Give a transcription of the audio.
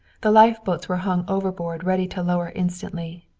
the lifeboats were hung overboard, ready to lower instantly.